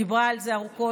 דיברה על זה ארוכות,